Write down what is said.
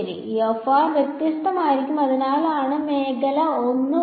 ശരി വ്യത്യസ്തമായിരിക്കും അതിനാലാണ് മേഖല ഒന്ന്